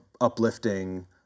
uplifting